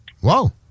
Whoa